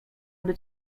aby